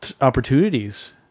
opportunities